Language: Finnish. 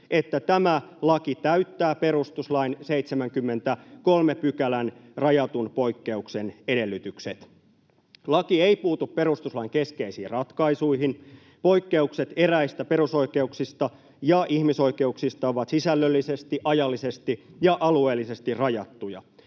että tämä laki täyttää perustuslain 73 §:n rajatun poikkeuksen edellytykset. Laki ei puutu perustuslain keskeisiin ratkaisuihin. Poikkeukset eräistä perusoikeuksista ja ihmisoikeuksista ovat sisällöllisesti, ajallisesti ja alueellisesti rajattuja.